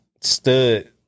stood